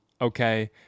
Okay